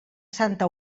santa